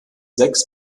sechs